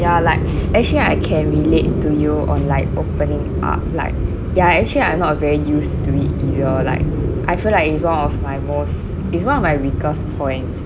ya like actually I can relate to you on like opening up like ya actually I'm not uh very used to it either like I feel like in front of my most it's one of my weakest points